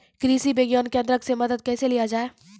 कृषि विज्ञान केन्द्रऽक से मदद कैसे लिया जाय?